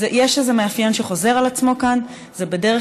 יש איזה מאפיין שחוזר על עצמו כאן: זו בדרך